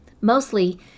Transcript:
Mostly